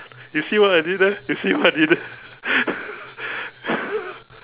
you see what I did there you see what I did there